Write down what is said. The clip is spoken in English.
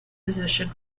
position